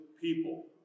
people